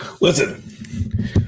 Listen